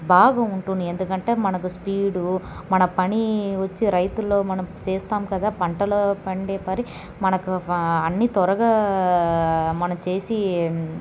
బాగా ఉంటున్ను ఎందుకంటే మనకు స్పీడు మన పని వచ్చే రైతుల్లో మనం చేస్తాం కదా పంటలు పండే పని మనకు అన్ని త్వరగా మనం చేసి